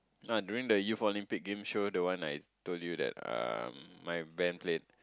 no during the year Olympic-Game show that one like I told you that um my bend played